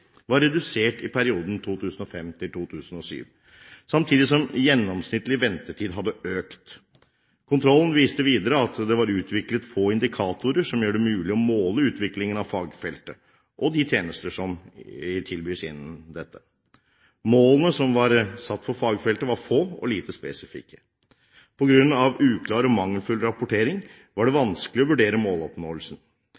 var redusert i perioden 2005–2007, samtidig som gjennomsnittlig ventetid hadde økt. Kontrollen viste videre at det var utviklet få indikatorer som gjør det mulig å måle utviklingen av fagfeltet og de tjenestene som tilbys innenfor dette. Målene som var satt for fagfeltet, var få og lite spesifikke. På grunn av uklar og mangelfull rapportering var det